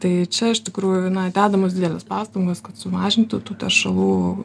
tai čia iš tikrųjų na dedamos didelės pastangos kad sumažintų tų teršalų